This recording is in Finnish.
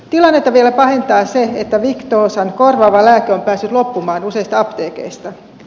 tilannetta vielä pahentaa se että victozan korvaava lääke on päässyt loppumaan useista apteekeista